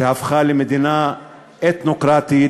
שהפכה למדינה אתנוקרטית,